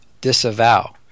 Disavow